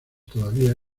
todavía